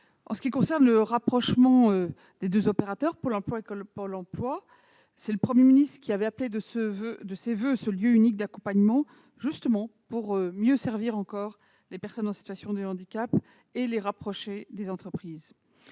En ce qui concerne le rapprochement des deux opérateurs Cap emploi et Pôle emploi, le Premier ministre a appelé de ses voeux un lieu unique d'accompagnement aux fins, justement, de servir encore mieux les personnes en situation de handicap et de les rapprocher des entreprises.